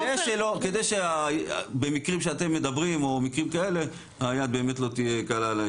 כדי שבמקרים שאתם מדברים או מקרים כאלה היד לא תהיה קלה על ההדק.